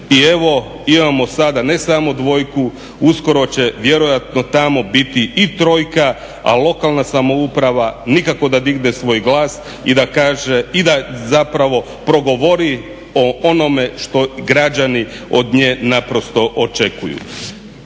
i evo imamo sada ne samo dvojku, uskoro će tamo biti i trojka a lokalna samouprava nikako da digne svoj glas i da kaže i da zapravo progovori o onome što građani od nje naprosto očekuju.